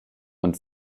und